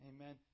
Amen